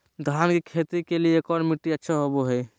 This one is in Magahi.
धान की खेती के लिए कौन मिट्टी अच्छा होबो है?